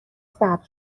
ضبط